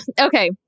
Okay